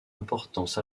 importance